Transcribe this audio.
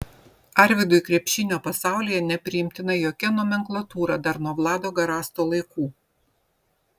arvydui krepšinio pasaulyje nepriimtina jokia nomenklatūra dar nuo vlado garasto laikų